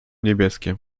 niebieskie